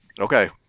Okay